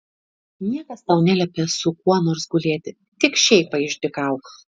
niekas tau neliepia su kuo nors gulėti tik šiaip paišdykauk